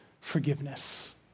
forgiveness